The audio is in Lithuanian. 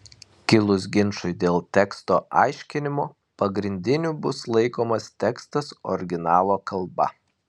kilus ginčui dėl teksto aiškinimo pagrindiniu bus laikomas tekstas originalo kalba